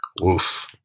Woof